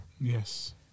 Yes